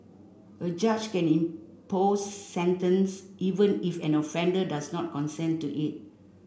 a judge can impose this sentence even if an offender does not consent to it